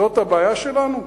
זאת הבעיה שלנו?